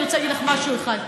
אני רוצה להגיד לך משהו אחד.